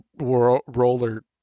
roller